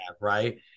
right